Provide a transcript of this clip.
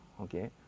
okay